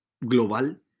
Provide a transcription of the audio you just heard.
global